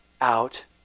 out